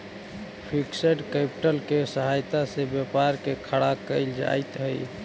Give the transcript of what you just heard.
fixed capital के सहायता से व्यापार के खड़ा कईल जइत हई